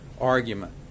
argument